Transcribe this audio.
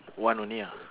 one only ah